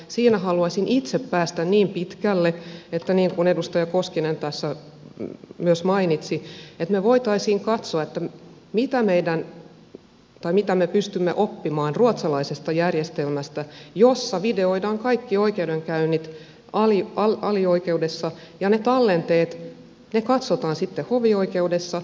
siinä haluaisin itse päästä niin pitkälle että niin kuin edustaja koskinen tässä myös mainitsi me voisimme katsoa mitä me pystymme oppimaan ruotsalaisesta järjestelmästä jossa videoidaan kaikki oikeudenkäynnit alioikeudessa ja ne tallenteet katsotaan sitten hovioikeudessa